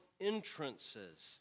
entrances